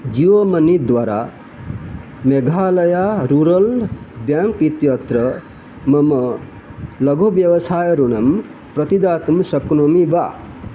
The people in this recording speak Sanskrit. जियो मनी द्वारा मेघालया रूरल् बेङ्क् इत्यत्र मम लघुव्यवसायः ऋणं प्रतिदातुं शक्नोमि वा